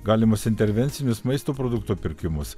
galimus intervencinius maisto produktų pirkimus